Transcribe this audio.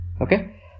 okay